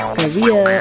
career